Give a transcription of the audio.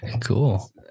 Cool